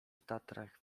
tatrach